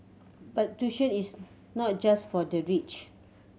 but tuition is not just for the rich